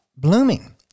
Blooming